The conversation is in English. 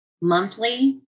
monthly